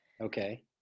Okay